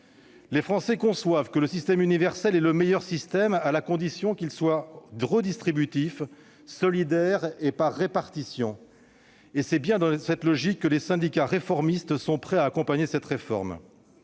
Les Français conçoivent que le système universel est le meilleur système, à la condition qu'il soit redistributif, solidaire et par répartition. Et c'est bien dans cette logique que les syndicats réformistes sont prêts à accompagner cette réforme.